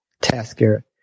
Tasker